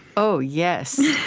oh, yes